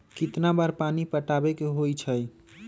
कितना बार पानी पटावे के होई छाई?